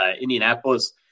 Indianapolis